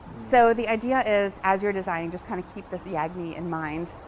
so the idea is as your designing, just kind of keep this yagni in mind.